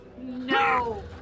No